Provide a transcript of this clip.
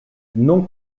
non